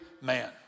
man